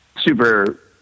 super